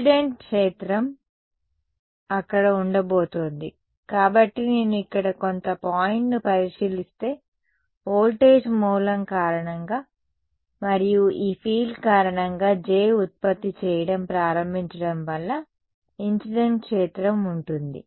incident క్షేత్రం అక్కడ ఉండబోతోంది కాబట్టి నేను ఇక్కడ కొంత పాయింట్ను పరిశీలిస్తే వోల్టేజ్ మూలం కారణంగా మరియు ఈ ఫీల్డ్ కారణంగా J ఉత్పత్తి చేయడం ప్రారంభించడం వల్ల ఇన్సిడెంట్ క్షేత్రం ఉంటుంది